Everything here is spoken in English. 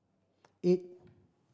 eight